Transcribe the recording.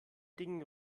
ding